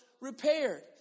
repaired